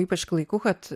ypač klaiku kad